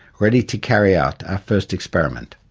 ready to carry out our first experiment.